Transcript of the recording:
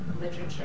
literature